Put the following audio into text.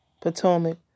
Potomac